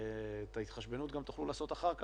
את ההתחשבנות גם תוכלו לעשות אחר כך.